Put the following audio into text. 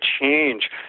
change